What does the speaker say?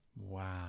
Wow